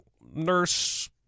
nurse